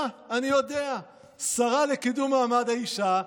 אה, אני יודע, שרה לקידום מעמד האישה,